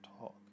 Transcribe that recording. talk